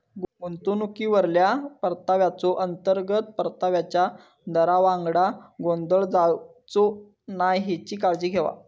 गुंतवणुकीवरल्या परताव्याचो, अंतर्गत परताव्याच्या दरावांगडा गोंधळ जावचो नाय हेची काळजी घेवा